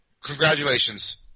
Congratulations